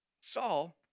Saul